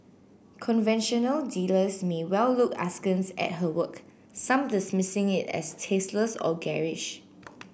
conventional dealers may well look askance at her work some dismissing it as tasteless or garish